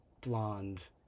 blonde